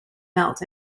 melt